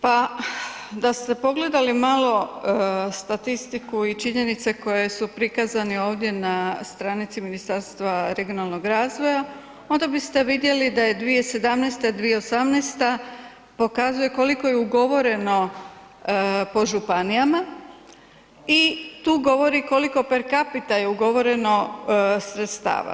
Pa da ste pogledali malo statistiku i činjenice koje su prikazani ovdje na stranici Ministarstva regionalnog razvoja, onda biste vidjeli da je 2017./2018. pokazuje koliko je ugovoreno po županijama i tu govori koliko per capita je ugovoreno sredstava.